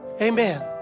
amen